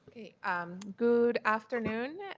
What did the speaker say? um good afternoon.